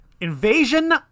Invasion